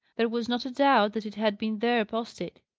there was not a doubt that it had been there posted.